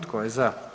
Tko je za?